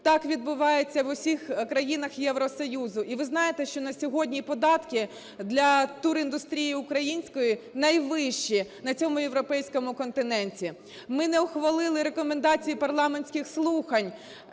Так відбувається в усіх країнах Євросоюзу. І ви знаєте, що на сьогодні податки для туріндустрії української найвищі на цьому європейському континенті. Ми не ухвалили рекомендації парламентських слухань,